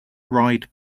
ride